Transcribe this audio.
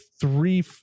three